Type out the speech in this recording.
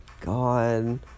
God